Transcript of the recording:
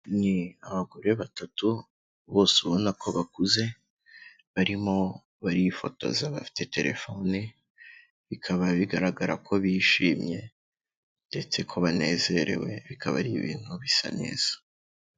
Ni abagore batatu, bose ubona ko bakuze barimo barifotoza bafite telefoni, bikaba bigaragara ko bishimye ndetse ko banezerewe, bikaba ari ibintu bisa neza.